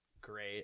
great